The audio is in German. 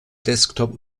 desktop